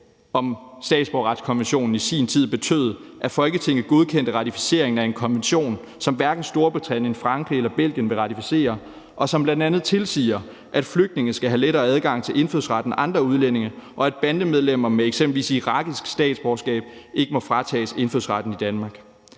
om statsborgerretskonventionen i sin tid betød, at Folketinget godkendte ratificeringen af en konvention, som hverken Storbritannien, Frankrig eller Belgien vil ratificere, og som bl.a. tilsiger, at flygtninge skal have lettere adgang til indfødsretten end andre udlændinge, og at bandemedlemmer med eksempelvis irakisk statsborgerskab ikke må fratages indfødsretten i Danmark?